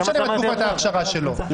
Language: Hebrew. לא משנה מה תקופת האכשרה שלו,